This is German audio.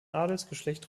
adelsgeschlecht